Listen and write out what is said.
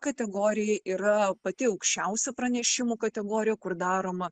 kategorijai yra pati aukščiausia pranešimų kategorija kur daroma